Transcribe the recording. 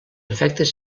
efectes